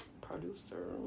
producer